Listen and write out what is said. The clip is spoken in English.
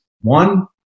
one